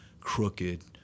crooked